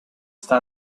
sta